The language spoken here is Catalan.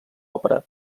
òpera